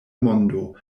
mondo